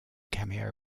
cameo